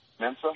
Mensa